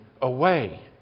away